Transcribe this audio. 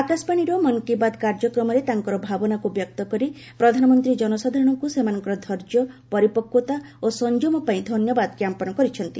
ଆକାଶବାଣୀର ମନ୍ କି ବାତ୍ କାର୍ଯ୍ୟକ୍ରମରେ ତାଙ୍କର ଭାବନାକୁ ବ୍ୟକ୍ତ କରି ପ୍ରଧାନମନ୍ତ୍ରୀ ଜନସାଧାରଣଙ୍କୁ ସେମାନଙ୍କର ଧୈର୍ଯ୍ୟ ପରିପକ୍ତା ଓ ସଂଯମ ପାଇଁ ଧନ୍ୟବାଦ ଜ୍ଞାପନ କରିଛନ୍ତି